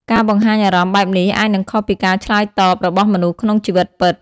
ការបង្ហាញអារម្មណ៍បែបនេះអាចនឹងខុសពីការឆ្លើយតបរបស់មនុស្សក្នុងជីវិតពិត។